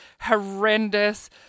horrendous